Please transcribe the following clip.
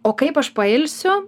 o kaip aš pailsiu